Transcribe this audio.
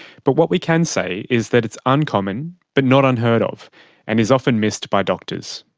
but what we can say is that it's uncommon but not unheard-of and is often missed by doctors.